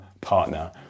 partner